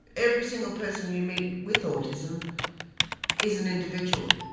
every single person you meet with autism is an individual.